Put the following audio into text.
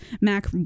Mac